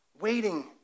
waiting